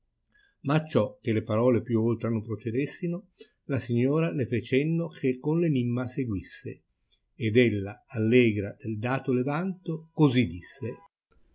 ma acciò che le parole più oltra non procedessino la signora le fece cenno che con enimma seguisse ed ella allegra del datole vanto così disse